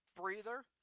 breather